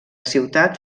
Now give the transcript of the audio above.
ciutat